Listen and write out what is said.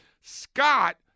Scott